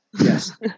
Yes